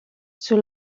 sous